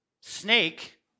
snake